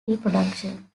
reproduction